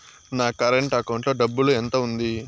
నా current account లో డబ్బులు ఎంత ఉంది?